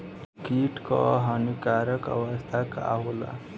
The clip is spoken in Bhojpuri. कीट क हानिकारक अवस्था का होला?